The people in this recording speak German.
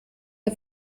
der